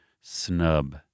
Snub